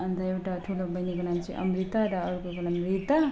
अन्त एउटा ठुलो बहिनीको नाम चाहिँ अमृता र अर्कोको नाम रीता